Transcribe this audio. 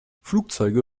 flugzeuge